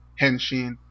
Henshin